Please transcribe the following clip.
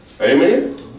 Amen